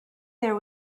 there